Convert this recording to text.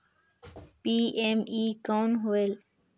PME कौन होयल?